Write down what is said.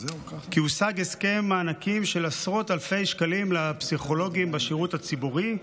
כי הושג הסכם מענקים של עשרות אלפי שקלים לפסיכולוגים בשירות הציבורי.